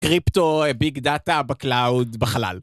קריפטו, אה... ביג דאטה, ב- cloud, בחלל.